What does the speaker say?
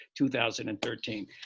2013